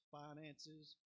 finances